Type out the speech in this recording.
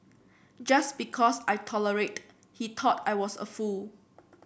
just because I tolerated he thought I was a fool